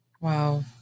Wow